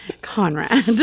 Conrad